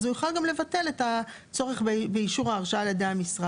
אז הוא יוכל גם לבטל את הצורך באישור ההרשאה על ידי המשרד.